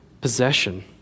possession